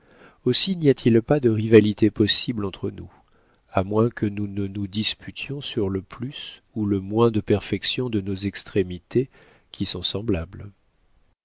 aussi n'y a-t-il pas de rivalité possible entre nous à moins que nous ne nous disputions sur le plus ou le moins de perfection de nos extrémités qui sont semblables